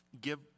give